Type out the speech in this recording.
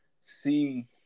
see